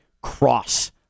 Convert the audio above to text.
cross